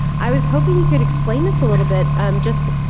i was hoping you could explain this a little bit um just